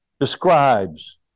describes